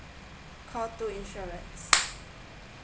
call two insurance